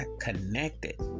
connected